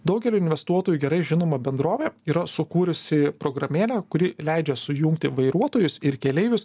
daugeliui investuotojų gerai žinoma bendrovė yra sukūrusi programėlę kuri leidžia sujungti vairuotojus ir keleivius